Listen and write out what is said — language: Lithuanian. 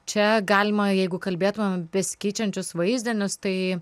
čia galima jeigu kalbėtumėm besikeičiančius vaizdinius tai